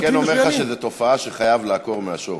אני כן אומר לך שזאת תופעה שחייבים לעקור מהשורש.